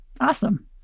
Awesome